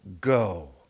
go